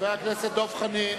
חבר הכנסת דב חנין,